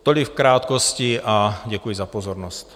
Tolik v krátkosti a děkuji za pozornost.